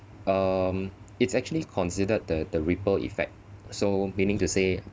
um it's actually considered the the ripple effect so meaning to say